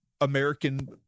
American